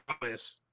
promise